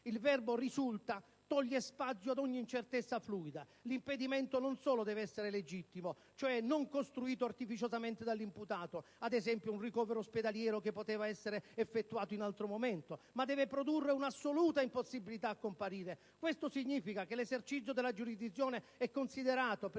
il verbo "risulta" toglie spazio ad ogni incertezza e fluidità; l'impedimento non solo deve essere "legittimo" (cioè non costruito artificiosamente dall'imputato: ad esempio, un ricovero ospedaliero che poteva benissimo essere effettuato in un altro momento), ma deve produrre una «assoluta impossibilità a comparire». Questo significa che l'esercizio della giurisdizione è considerato, per il